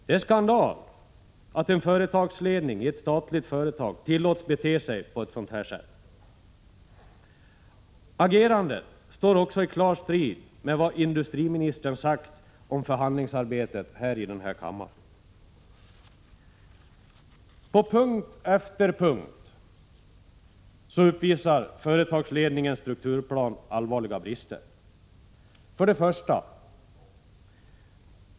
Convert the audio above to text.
Det är skandal att en företagsledning i ett statligt företag tillåts bete sig på ett sådant sätt. Agerandet står också klart i strid med vad industriministern sagt här i kammaren om förhandlingsarbetet. På punkt efter punkt uppvisar företagsledningens strukturplan allvarliga brister: 1.